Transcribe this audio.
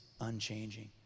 unchanging